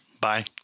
Bye